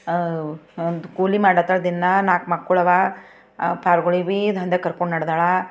ಕೂಲಿ ಮಾಡತ್ತಾಳ ದಿನ ನಾಲ್ಕು ಮಕ್ಕಳಿಗೆ ಪಾರ್ಗುಳಿಗೆ ಬೀ ದಂಧ್ಯಾಗ ಕರ್ಕೊಂಡು ನಡೆದಾಳ